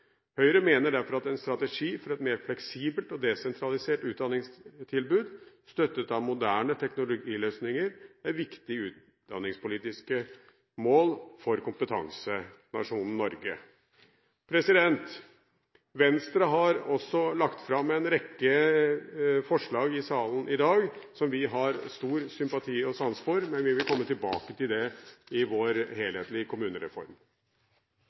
Høyre mener derfor at en strategi for et mer fleksibelt og desentraliserte utdanningstilbud, støttet av moderne teknologiløsninger, er viktige utdanningspolitiske mål for kompetansenasjonen Norge. Venstre har også lagt fram en rekke forslag i salen i dag som vi har stor sympati og sans for, men vi vil komme tilbake til det i vår helhetlige kommunereform.